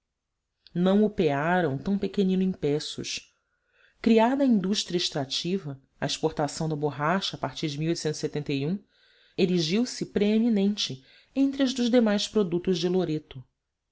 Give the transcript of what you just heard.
não o pearam tão pequeninos empeços criada a indústria extrativa a exportação da borracha parti erigiu se preeminente entre as dos demais produtos de loreto